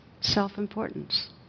self-importance